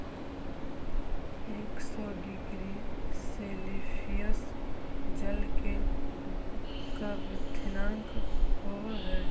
एक सौ degree Celsius जल के क्वथनांक होवऽ हई